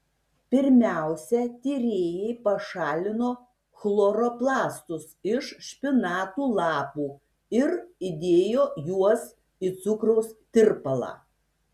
pirmiausia tyrėjai pašalino chloroplastus iš špinatų lapų ir įdėjo juos į cukraus tirpalą